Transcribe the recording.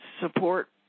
support